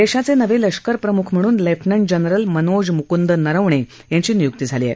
देशाचे नवे लष्करप्रम्ख म्हणून लेफ्टनंट जनरल मनोज म्कूंद नरवणे यांची निय्क्ती झाली आहे